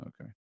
okay